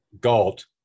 Galt